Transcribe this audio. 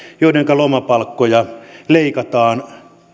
joidenka lomapalkkoja leikataan